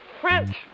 French